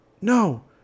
No